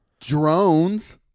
drones